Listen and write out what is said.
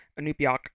Anupiak